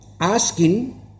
asking